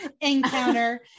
encounter